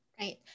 Right